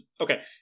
Okay